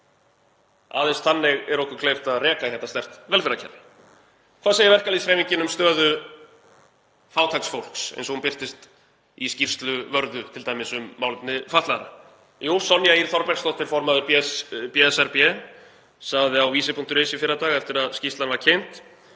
Aðeins þannig er okkur kleift að reka hérna sterkt velferðarkerfi. Hvað segir verkalýðshreyfingin um stöðu fátæks fólks eins og hún birtist í skýrslu Vörðu t.d. um málefni fatlaðra? Jú, Sonja Ýr Þorbergsdóttir formaður BSRB sagði á vísi.is í fyrradag eftir að skýrslan var kynnt: